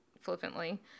flippantly